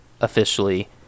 officially